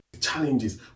challenges